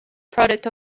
product